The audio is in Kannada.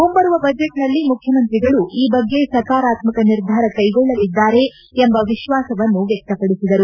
ಮುಂಬರುವ ಬಜೆಟ್ನಲ್ಲಿ ಮುಖ್ಯಮಂತ್ರಿಗಳು ಈ ಬಗ್ಗೆ ಸಕಾರಾತ್ಮಕ ನಿರ್ಧಾರ ಕೈಗೊಳ್ಳಲಿದ್ದಾರೆ ಎಂಬ ವಿಶ್ವಾಸವನ್ನು ವ್ಯಕ್ತಪಡಿಸಿದರು